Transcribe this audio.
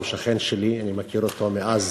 הוא שכן שלי, אני מכיר אותו מאז